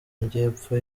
majyepfo